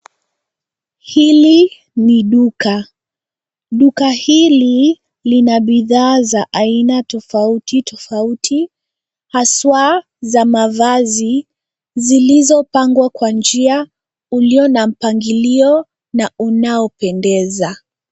Hili ni duka. Duka hili lina bidhaa za aina tofauti tofauti aswa za mavazi zilizopangwa kwa njia uliona mpangilio na unaopendeza.